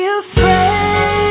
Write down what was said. afraid